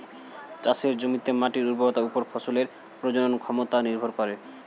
চাষের জমিতে মাটির উর্বরতার উপর ফসলের প্রজনন ক্ষমতা নির্ভর করে